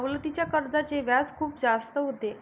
सवलतीच्या कर्जाचे व्याज खूप जास्त होते